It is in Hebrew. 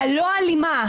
הלא אלימה,